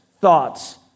thoughts